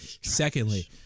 Secondly